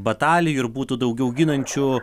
batalijų ir būtų daugiau ginančių